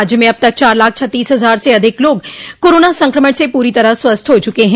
राज्य में अब तक चार लाख छत्तीस हजार से अधिक लोग कोरोना संक्रमण से पूरी तरह स्वस्थ हो चुके हैं